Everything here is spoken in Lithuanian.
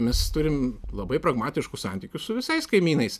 mes turim labai pragmatiškus santykius su visais kaimynais